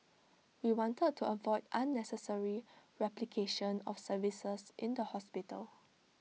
we wanted to avoid unnecessary replication of services in the hospital